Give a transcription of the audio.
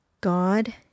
God